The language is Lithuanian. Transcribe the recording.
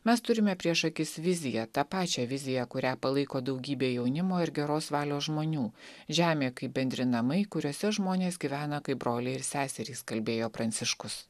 mes turime prieš akis viziją tą pačią viziją kurią palaiko daugybė jaunimo ir geros valios žmonių žemė kaip bendri namai kuriuose žmonės gyvena kaip broliai ir seserys kalbėjo pranciškus